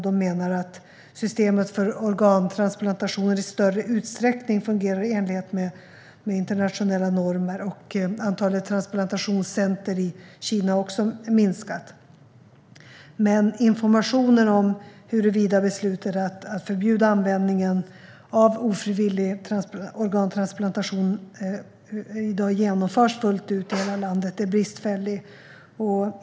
De menar att systemet för organtransplantationer i större utsträckning fungerar i enlighet med internationella normer. Antalet transplantationscenter i Kina har också minskat. Informationen om huruvida beslutet att förbjuda användningen av ofrivillig organtransplantation i dag genomförs fullt ut i hela landet är dock bristfällig.